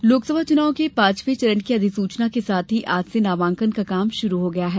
अधिसूचना लोकसभा चुनाव के पांचवे चरण की अधिसूचना के साथ ही आज से नामांकन का काम शुरू हो गया है